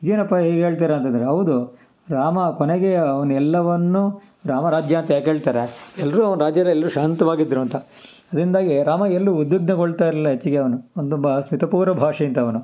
ಏನಪ್ಪಾ ಹೀಗೆ ಹೇಳ್ತಾರೆ ಅಂತಂದರೆ ಹೌದು ರಾಮ ಕೊನೆಗೆ ಅವ್ನೆಲ್ಲವನ್ನೂ ರಾಮರಾಜ್ಯ ಅಂತ ಯಾಕೆ ಹೇಳ್ತಾರೆ ಎಲ್ಲರೂ ಅವನ ರಾಜ್ದಲ್ಲಿ ಎಲ್ಲರೂ ಶಾಂತವಾಗಿದ್ರು ಅಂತ ಆದ್ದರಿಂದಾಗಿ ರಾಮ ಎಲ್ಲೂ ಉದ್ವಿಗ್ನಗೊಳ್ತಾಯಿರಲ್ಲ ಹೆಚ್ಚಿಗೆ ಅವನು ಒಂದೊಬ್ಬ ಸ್ಮಿತ ಪೂರ್ವ ಭಾಷೆ ಇದ್ದವನು